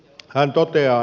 hän toteaa